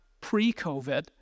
pre-COVID